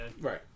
Right